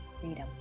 freedom